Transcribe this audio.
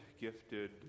gifted